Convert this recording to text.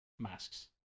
masks